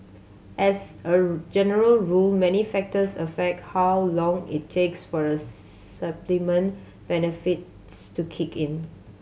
as a general rule many factors affect how long it takes for a supplement benefits to kick in